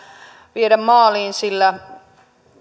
viedä maaliin sillä